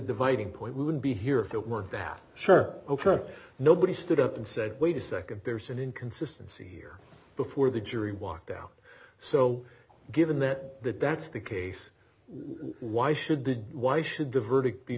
dividing point we wouldn't be here if it weren't that sure nobody stood up and said wait a nd there's an inconsistency here before the jury walked out so given that that's the case why should the why should the verdict be